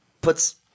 puts